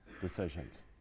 decisions